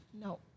No